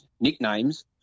nicknames